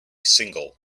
single